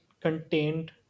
contained